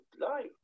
life